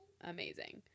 Amazing